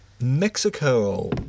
Mexico